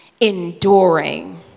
enduring